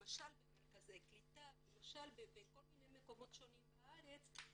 למשל במרכזי קליטה ולמשל בכל מיני מקומות שונים בארץ.